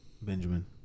Benjamin